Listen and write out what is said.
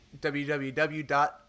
www. –